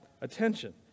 attention